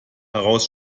heraus